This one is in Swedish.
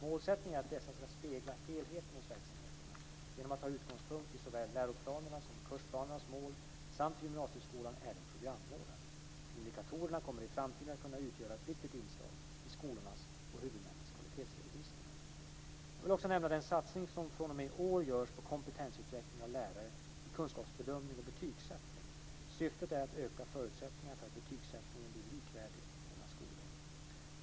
Målsättningen är att dessa ska spegla helheten hos verksamheterna genom att ta utgångspunkt i såväl läroplanernas som kursplanernas mål samt för gymnasieskolan även programmålen. Indikatorerna kommer i framtiden att kunna utgöra ett viktigt inslag i skolornas och huvudmännens kvalitetsredovisningar. Jag vill också nämna den satsning som fr.o.m. i år görs på kompetensutveckling av lärare i kunskapsbedömning och betygssättning. Syftet är att öka förutsättningarna för att betygssättningen blir likvärdig mellan olika skolor.